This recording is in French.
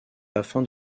afin